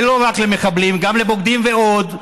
ולא רק למחבלים, גם לבוגדים ועוד,